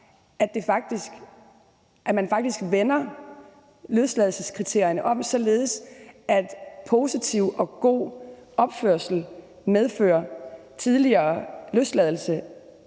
straf, faktisk vender løsladelseskriterierne om, således at positiv og god opførsel medfører en tidligere løsladelse,